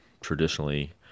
traditionally